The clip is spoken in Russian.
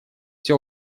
все